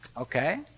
Okay